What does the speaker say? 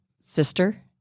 sister